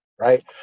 right